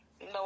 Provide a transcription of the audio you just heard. No